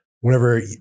Whenever